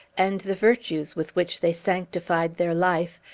and the virtues with which they sanctified their life,